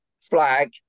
flag